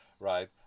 Right